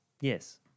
Yes